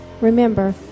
Remember